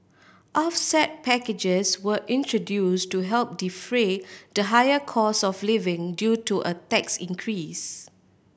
offset packages were introduce to help defray the higher cost of living due to a tax increase